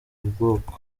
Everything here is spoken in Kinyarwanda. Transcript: ubwoko